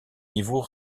niveaux